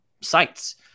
sites